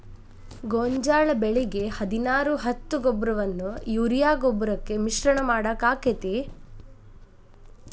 ಗೋಂಜಾಳ ಬೆಳಿಗೆ ಹದಿನಾರು ಹತ್ತು ಗೊಬ್ಬರವನ್ನು ಯೂರಿಯಾ ಗೊಬ್ಬರಕ್ಕೆ ಮಿಶ್ರಣ ಮಾಡಾಕ ಆಕ್ಕೆತಿ?